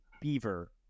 Beaver